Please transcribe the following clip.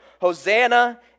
Hosanna